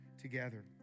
together